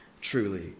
truly